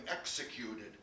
executed